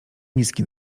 miski